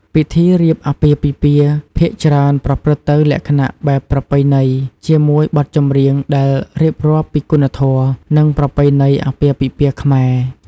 ពិធីរៀបអាពាហ៍ពិពាហ៍ភាគច្រើនប្រព្រឹត្តទៅលក្ខណៈបែបប្រពៃណី ជាមួយបទចម្រៀងដែលរៀបរាប់ពីគុណធម៌ និងប្រពៃណីអាពាហ៍ពិពាហ៍ខ្មែរ។